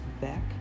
back